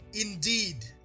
Indeed